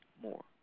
More